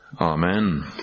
Amen